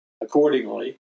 accordingly